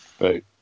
Right